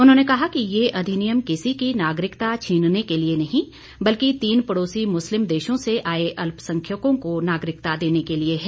उन्होंने कहा कि ये अधिनियम किसी की नागरिकता छीनने के लिए नहीं बल्कि तीन पड़ोसी मुस्लिम देशों से आए अल्पसंख्यकों को नागरिकता देने के लिए है